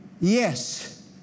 Yes